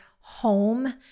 home